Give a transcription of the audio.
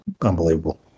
Unbelievable